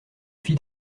fit